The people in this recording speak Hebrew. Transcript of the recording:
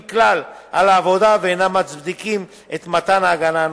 כלל על העבודה ואינם מצדיקים את מתן ההגנה הנוספת.